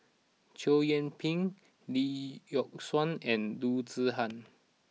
Chow Yian Ping Lee Yock Suan and Loo Zihan